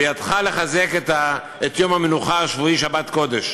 בידך לחזק את יום המנוחה השבועי, שבת קודש,